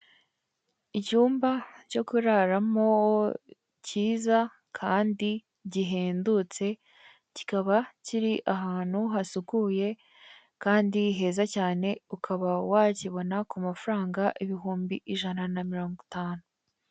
Icyumba cyo kuraramo cyiza kandi gihendutse. Kikaba kiri ahantu hasukuye kandi heza cyane, ukaba wakibona ku mafaranga ibihumbi ijana na mirongo itanu.